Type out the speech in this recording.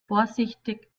vorsichtig